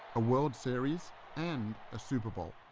a world series and a super bowl.